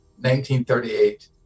1938